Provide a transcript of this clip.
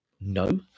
no